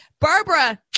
Barbara